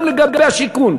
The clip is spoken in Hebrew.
גם לגבי השיכון,